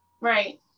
Right